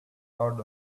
hold